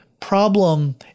problem